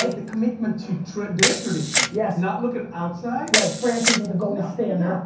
like the commitment to to their tradition. yeah not look at outside. right. france isn't the gold standard.